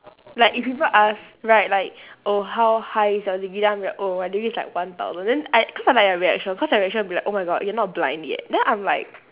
like if people ask right like oh how high is your degree then I'm like oh my degree is like one thousand then I cause I like their reaction cause their reaction will be like oh my god you're not blind yet then I'm like